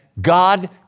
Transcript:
God